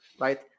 right